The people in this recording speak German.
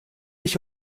ich